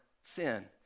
sin